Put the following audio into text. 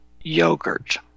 yogurt